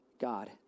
God